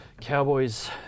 Cowboys